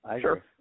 Sure